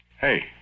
Hey